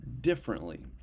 differently